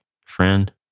Friend